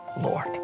Lord